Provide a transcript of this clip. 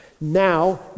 Now